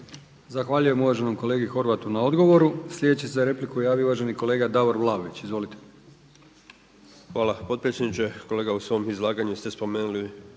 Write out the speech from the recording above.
Zahvaljujem uvaženom kolegi Horvatu na odgovoru. Sljedeći se za repliku javio uvaženi kolega Davor Vlaović. Izvolite. **Vlaović, Davor (HSS)** Hvala potpredsjedniče. Kolega u svom izlaganju ste spomenuli